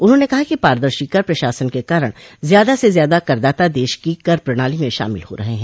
उन्होंने कहा कि पारदर्शी कर प्रशासन के कारण ज्यादा से ज्यादा करदाता देश की कर प्रणाली में शामिल हो रहे हैं